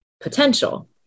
potential